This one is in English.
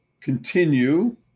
continue